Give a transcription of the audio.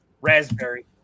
raspberry